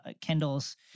kendall's